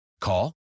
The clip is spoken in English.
Call